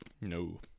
No